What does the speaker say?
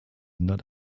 not